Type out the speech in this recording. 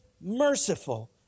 merciful